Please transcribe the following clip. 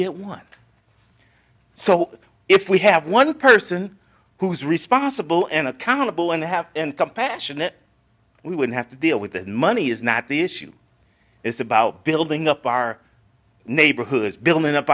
get one so if we have one person who's responsible and accountable and have and compassionate we would have to deal with that money is not the issue it's about building up our neighborhoods building up